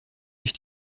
ich